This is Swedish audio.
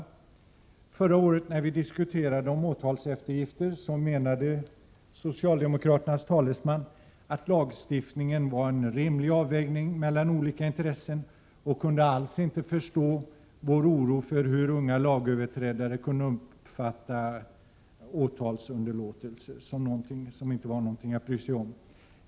När vi förra året diskuterade frågan om åtalseftergifter, så menade socialdemokraternas talesman att lagstiftningen gav en rimlig avvägning mellan olika intressen, och han kunde alls inte förstå vår oro för att unga lagöverträdare kunde uppfatta åtalsunderlåtelser som något som det inte var någon anledning bry sig om.